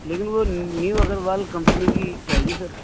لیکن وہ new Agarwal company کی چاہیے سر